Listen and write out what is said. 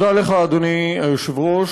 אדוני היושב-ראש.